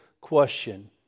question